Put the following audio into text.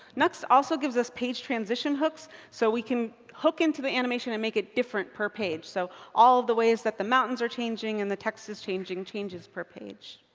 nux also gives us page transition hooks so we can hook into the animation and make it different per page. so all the ways that the mountains are changing and the text is changing changes per page.